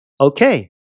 Okay